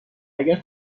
اگر